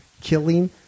killing